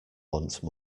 once